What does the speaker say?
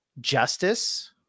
justice